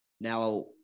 Now